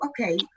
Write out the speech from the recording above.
okay